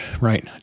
right